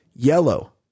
Yellow